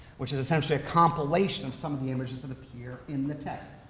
which is essentially a compilation of some of the images that appear in the text.